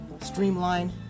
Streamline